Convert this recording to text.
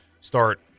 start